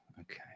Okay